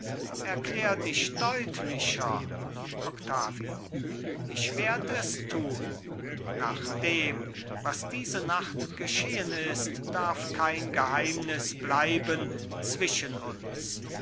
erklär dich deutlicher octavio ich werd es tun nach dem was diese nacht geschehen ist darf kein geheimnis bleiben zwischen uns